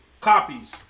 copies